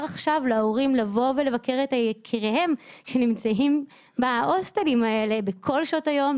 עכשיו לבוא ולבקר את יקיריהם שנמצאים בהוסטלים האלה בכל שעות היום,